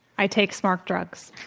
i take smart drugs.